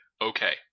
okay